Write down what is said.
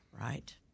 Right